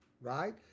right